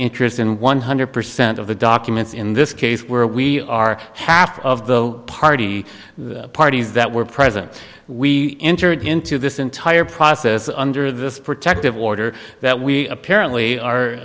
interest in one hundred percent of the documents in this case where we are half of the party parties that were president we entered into this entire process under this protective order that we apparently